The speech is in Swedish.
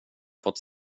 fått